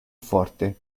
forte